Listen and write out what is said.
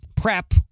prep